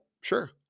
Sure